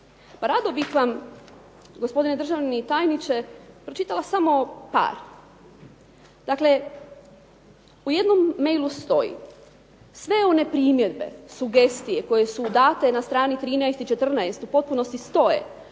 Pa rado bih vam gospodine državni tajniče pročitala samo par. Dakle, u jednom mailu stoji: "Sve one primjedbe, sugestije koje su date na strani 13 i 14 u potpunosti stoje,